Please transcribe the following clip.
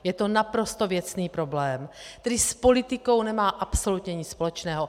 Je to naprosto věcný problém, který s politikou nemá absolutně nic společného.